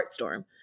Heartstorm